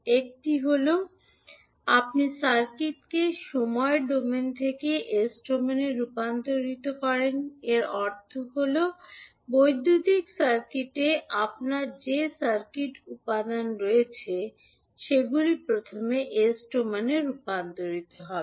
একটি হল আপনি সার্কিটকে সময় ডোমেন থেকে এস ডোমেনে রূপান্তরিত করেন এর অর্থ হল বৈদ্যুতিক সার্কিটে আপনার যে সার্কিট উপাদান রয়েছে সেগুলি প্রথমে এস ডোমেনে রূপান্তরিত হবে